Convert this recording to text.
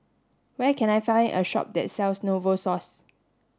where can I find a shop that sells Novosource